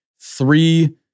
three